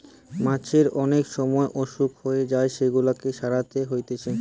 মাছের অনেক সময় অসুখ হয়ে যায় সেগুলাকে সারাতে হতিছে